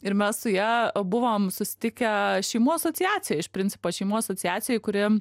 ir mes su ja buvom susitikę šeimų asociacijoj iš principo šeimų asociacijoj kuri